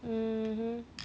mm